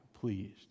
pleased